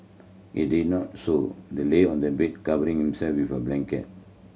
he did not so the lay on the bed covering himself with a blanket